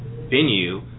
venue